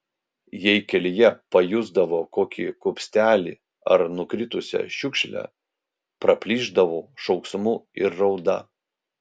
jei kelyje pajusdavo kokį kupstelį ar nukritusią šiukšlę praplyšdavo šauksmu ir rauda